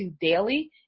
daily